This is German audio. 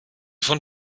von